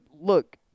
Look